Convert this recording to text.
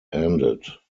ended